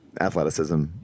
athleticism